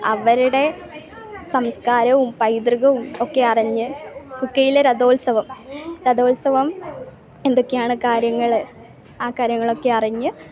അവരുടെ സംസ്കാരവും പൈതൃകവും ഒക്കെ അറിഞ്ഞ് കുക്കെയിലെ രഥോത്സവം രഥോത്സവം എന്തൊക്കെയാണ് കാര്യങ്ങൾ ആ കാര്യങ്ങളൊക്കെ അറിഞ്ഞ്